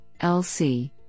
LC